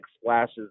splashes